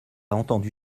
entendu